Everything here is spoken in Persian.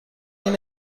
این